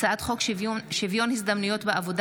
הצעת חוק שוויון הזדמנויות בעבודה